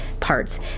parts